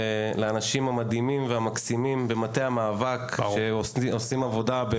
לאנשים המדהימים והמקסימים במטה המאבק שעושים עבודה בהתנדבות.